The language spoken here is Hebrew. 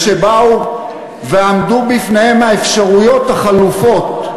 כשבאו ועמדו בפניהם האפשרויות-החלופות,